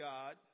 God